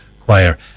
Choir